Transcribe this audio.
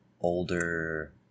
older